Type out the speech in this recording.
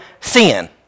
sin